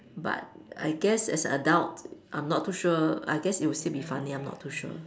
but I guess as a adult I'm not too sure I guess it would still be funny I'm not too sure